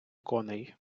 коней